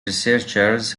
researchers